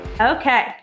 Okay